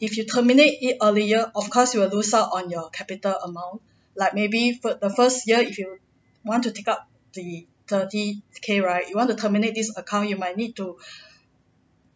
if you terminate it earlier of course you will lose out on your capital amount like maybe for the first year if you want to take out the thirty K right you want to terminate this account you might need to